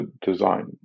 design